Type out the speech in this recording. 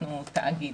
אנחנו תאגיד.